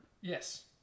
Yes